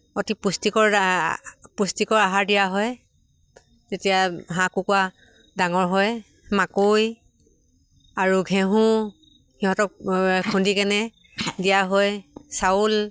অতি পুষ্টিকৰ পুষ্টিকৰ আহাৰ দিয়া হয় তেতিয়া হাঁহ কুকুৰা ডাঙৰ হয় মাকৈ আৰু ঘেঁহু সিহঁতক খুন্দিকেনে দিয়া হয় চাউল